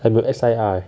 I'm your S_I_R eh